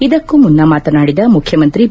ಇದಕ್ಕೂ ಮುನ್ನ ಮಾತನಾಡಿದ ಮುಖ್ಯಮಂತ್ರಿ ಬಿ